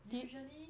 usually